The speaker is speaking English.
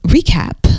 Recap